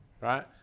right